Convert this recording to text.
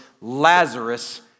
Lazarus